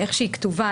איך שהיא כתובה.